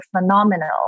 phenomenal